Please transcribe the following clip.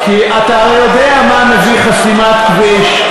כי אתה יודע מה מביאה חסימת כביש,